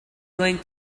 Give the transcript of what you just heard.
going